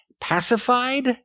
pacified